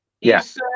Yes